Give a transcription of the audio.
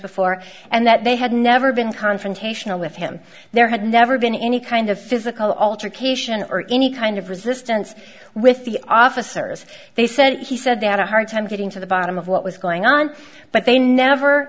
before and that they had never been confrontational with him there had never been any kind of as a culture cation or any kind of resistance with the officers they said he said they had a hard time getting to the bottom of what was going on but they never